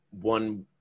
one